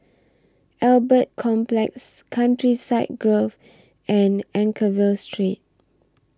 Albert Complex Countryside Grove and Anchorvale Street